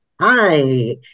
Hi